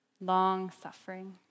long-suffering